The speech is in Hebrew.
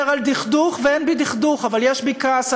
כמה צביעות, צפורה, כמה צביעות.